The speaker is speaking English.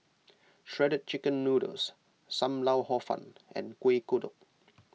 Shredded Chicken Noodles Sam Lau Hor Fun and Kueh Kodok